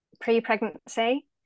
pre-pregnancy